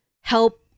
help